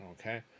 Okay